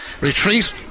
retreat